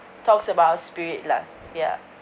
talks about our spirit lah ya